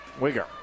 Wigger